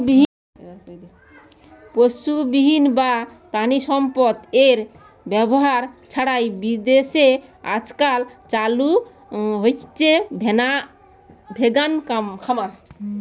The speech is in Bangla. পশুবিহীন বা প্রাণিসম্পদএর ব্যবহার ছাড়াই বিদেশে আজকাল চালু হইচে ভেগান খামার